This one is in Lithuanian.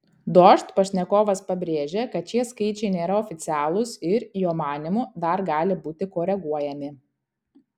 dožd pašnekovas pabrėžė kad šie skaičiai nėra oficialūs ir jo manymu dar gali būti koreguojami